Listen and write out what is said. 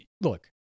look